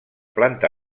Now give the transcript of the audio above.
planta